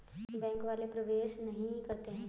Bank वाले प्रवेश नहीं करते हैं?